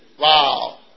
Wow